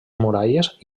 muralles